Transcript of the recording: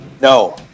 no